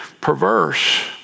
perverse